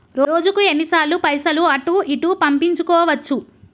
రోజుకు ఎన్ని సార్లు పైసలు అటూ ఇటూ పంపించుకోవచ్చు?